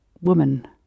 woman